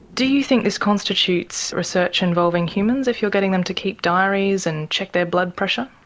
do you think this constitutes research involving humans, if you're getting them to keep diaries and check their blood pressure?